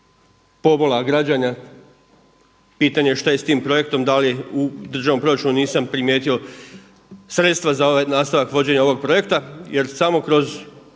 pobola građana. Pitanje šta je s tim projektom, da li u državnom proračunu nisam primijetio sredstva za nastavak vođenja ovog projekta? Jer samo kroz